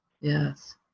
Yes